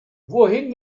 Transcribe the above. wohin